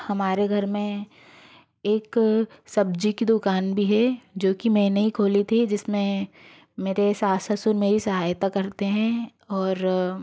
हमारे घर में एक सब्ज़ी की दुकान भी है जो कि मैंने ही खोली थी जिसमें मेरे सास ससुर मेरी सहायता करते हैं और